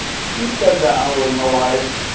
she sat down with my wife.